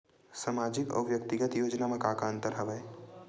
सामाजिक अउ व्यक्तिगत योजना म का का अंतर हवय?